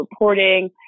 reporting